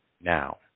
now